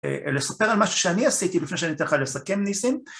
‫לספר על משהו שאני עשיתי ‫לפני שאני אתן לך לסכם, ניסים.